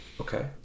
Okay